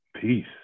Peace